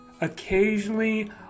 Occasionally